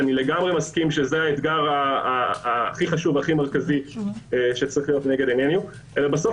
ואני מסכים שזה האתגר הכי חשוב ומרכזי שצריך להיות לנגד עינינו אלא בסוף